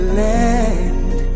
land